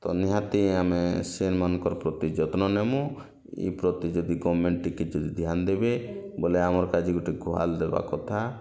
ତ ନିହାତି ଆମେ ସେନ୍ ମାନଙ୍କର୍ ପ୍ରତି ଯତ୍ନ ନବୁ ଏ ପ୍ରତି ଯଦି ଗମେଣ୍ଟ ଟିକେ ଯଦି ଧ୍ୟାନ୍ ଦେବେ ବୋଲେ ଆମର୍ କାଜି ଗୋଟେ ଗୁହାଲ୍ ଦେବା କଥା